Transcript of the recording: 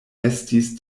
estis